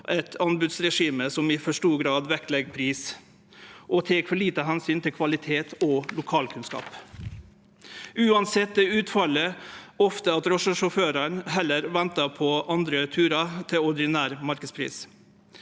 eit anbodsregime som i for stor grad vektlegg pris og tek for lite omsyn til kvalitet og lokalkunnskap. Uansett er utfallet ofte at drosjesjåførane heller ventar på andre turar til ordinær marknadspris.